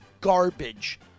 garbage